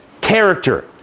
character